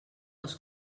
els